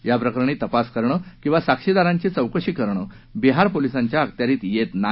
याप्रकरणी तपास करणं किंवा साक्षीदारांची चौकशी करणं बिहार पोलिसांच्या अखत्यारीत येत नाही